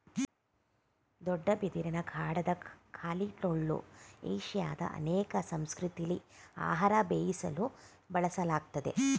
ದೊಡ್ಡ ಬಿದಿರಿನ ಕಾಂಡದ ಖಾಲಿ ಟೊಳ್ಳು ಏಷ್ಯಾದ ಅನೇಕ ಸಂಸ್ಕೃತಿಲಿ ಆಹಾರ ಬೇಯಿಸಲು ಬಳಸಲಾಗ್ತದೆ